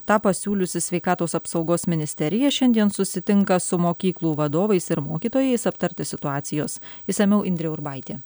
tą pasiūliusi sveikatos apsaugos ministerija šiandien susitinka su mokyklų vadovais ir mokytojais aptarti situacijos išsamiau indrė urbaitė